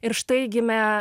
ir štai gimė